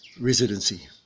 residency